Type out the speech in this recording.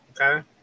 Okay